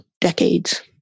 decades